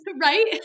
Right